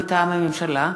מטעם הממשלה,